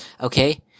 Okay